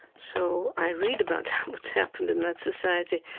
so i read about what's happened in that society.